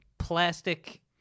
plastic